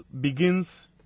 begins